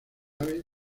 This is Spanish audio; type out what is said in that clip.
ave